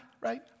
right